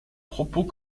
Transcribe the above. propos